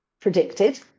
predicted